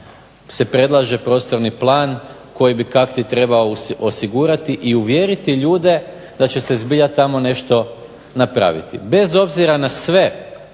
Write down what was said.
se predlaže prostorni plan koji bi kakti trebao osigurati i uvjeriti ljude da se će se zbilja nešto tamo napraviti. Bez obzira na sve